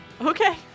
Okay